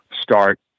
start